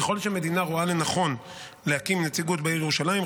ככל שמדינה רואה לנכון להקים נציגות בעיר ירושלים,